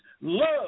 love